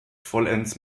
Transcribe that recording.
vollends